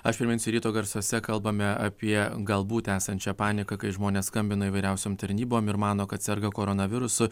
aš priminsiu ryto garsuose kalbame apie galbūt esančią paniką kai žmonės skambina įvairiausiom tarnybom ir mano kad serga koronavirusu